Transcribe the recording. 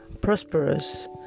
prosperous